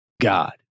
God